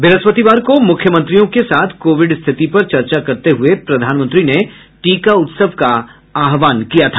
बृहस्पतिवार को मुख्यमंत्रियों के साथ कोविड स्थिति पर चर्चा करते हुए प्रधानमंत्री ने टीका उत्सव का आहवान किया था